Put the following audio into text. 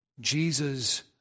Jesus